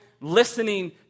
listening